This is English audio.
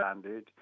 standard